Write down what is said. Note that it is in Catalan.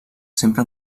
sempre